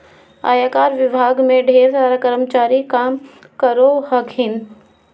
आयकर विभाग में ढेर कर्मचारी काम करो हखिन